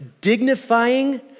dignifying